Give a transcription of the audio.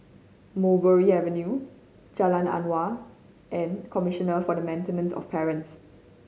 Mulberry Avenue Jalan Awang and Commissioner for the Maintenance of Parents